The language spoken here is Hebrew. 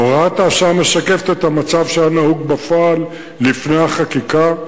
הוראת השעה משקפת את המצב שהיה נהוג בפועל לפני החקיקה.